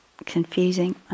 Confusing